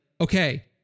okay